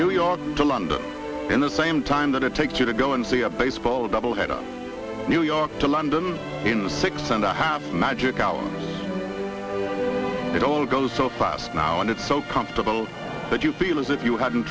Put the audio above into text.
new york to london in the same time that it takes you to go and see a baseball double header new york to london in six and a half magic hours it all goes so fast now and it's so comfortable but you feel as if you haven't